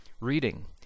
reading